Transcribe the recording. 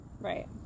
Right